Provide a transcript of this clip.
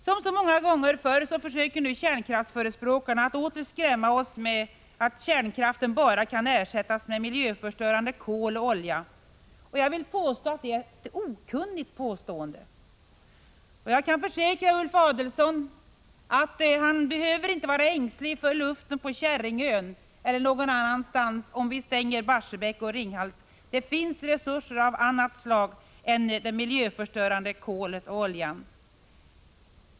Som så många gånger förr försöker kärnkraftsförespråkare nu åter skrämma oss med att kärnkraften bara kan ersättas med miljöförstörande kol och olja. Det är enligt min mening ett okunnigt påstående. Jag kan försäkra Ulf Adelsohn om att han inte behöver vara ängslig för luften på Käringön eller någon annanstans om vi stänger Barsebäck och Ringhals. Det finns andra resurser än miljöförstörande kol och olja.